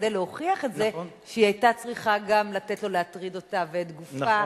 שכדי להוכיח את זה היא היתה צריכה גם לתת לו להטריד אותה ואת גופה,